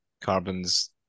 Carbon's